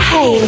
Hey